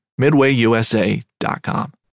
MidwayUSA.com